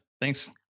thanks